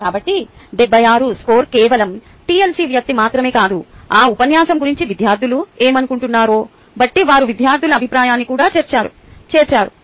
కాబట్టి 76 స్కోరు కేవలం టిఎల్సి వ్యక్తి మాత్రమే కాదు ఆ ఉపన్యాసం గురించి విద్యార్థులు ఏమనుకుంటున్నారో బట్టి వారు విద్యార్థుల అభిప్రాయాన్ని కూడా చేర్చారు